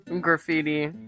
graffiti